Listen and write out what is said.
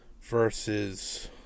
versus